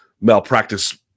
malpractice